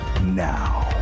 now